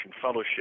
Fellowship